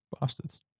Bastards